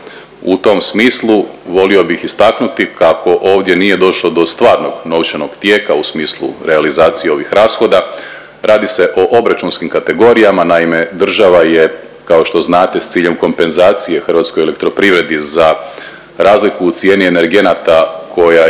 U tom smislu volio bih istaknuti kako ovdje nije došlo do stvarnog novčanog tijeka u smislu realizacije ovih rashoda, radi se o obračunskim kategorijama. Naime, država je kao što znate s ciljem kompenzacije HEP-u za razliku u cijeni energenata koja je